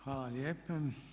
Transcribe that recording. Hvala lijepa.